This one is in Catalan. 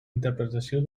interpretació